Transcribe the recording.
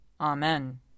Amen